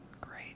Great